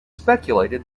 speculated